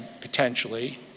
potentially